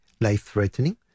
life-threatening